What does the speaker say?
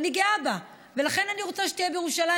ואני גאה בה, ולכן אני רוצה שיהיה בירושלים.